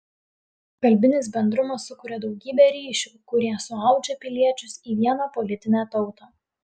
kalbinis bendrumas sukuria daugybė ryšių kurie suaudžia piliečius į vieną politinę tautą